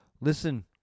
listen